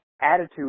attitude